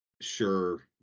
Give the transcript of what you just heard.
sure